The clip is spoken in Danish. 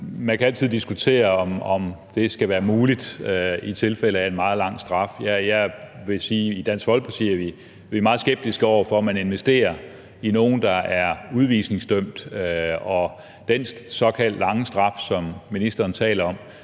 Man kan altid diskutere, om det skal være muligt i tilfælde af en meget lang straf. Jeg vil sige, at vi i Dansk Folkeparti er meget skeptiske over for, at man investerer i nogen, der er udvisningsdømt, og den såkaldt lange straf, som ministeren taler om,